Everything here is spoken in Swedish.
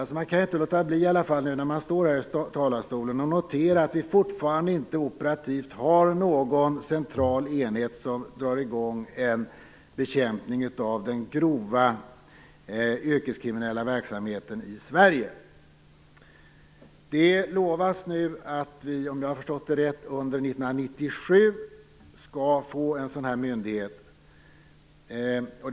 När jag står här talarstolen kan jag inte låta bli att notera att vi fortfarande inte har någon operativ central enhet som drar i gång en bekämpning av den grova yrkeskriminella verksamheten i Sverige. Om jag har förstått det rätt lovas det nu att vi skall få en sådan myndighet under 1997.